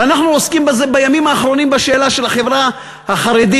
ואנחנו עוסקים בזה בימים האחרונים בשאלה של החברה החרדית,